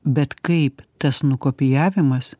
bet kaip tas nukopijavimas